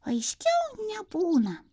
aiškiau nebūna